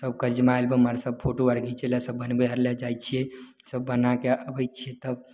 सब कंज्युमर आर सब फोटो आर घीचय लए घरपर लअ जाइ छियै सब बनाके अबय छियै सब